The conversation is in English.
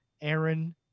Aaron